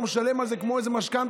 הוא משלם על זה כמו איזו משכנתה,